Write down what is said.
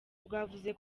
rwavuze